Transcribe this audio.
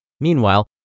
Meanwhile